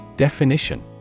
Definition